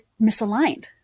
misaligned